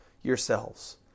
yourselves